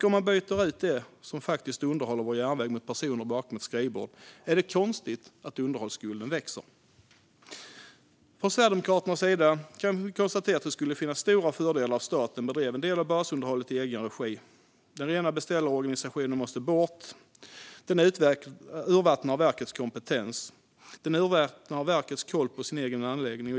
Om man byter ut dem som faktiskt underhåller vår järnväg mot personer bakom ett skrivbord, är det då konstigt att underhållsskulden växer? Från Sverigedemokraternas sida kan vi konstatera att det skulle finnas stora fördelar med att staten bedriver en del av basunderhållet i egen regi. Den rena beställarorganisationen måste bort eftersom den urvattnar verkets kompetens och dess koll på sin egen anläggning.